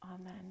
Amen